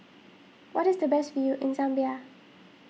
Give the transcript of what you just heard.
what is the best view in Zambia